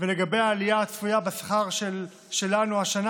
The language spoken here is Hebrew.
ולגבי העלייה הצפויה בשכר שלנו השנה